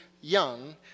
young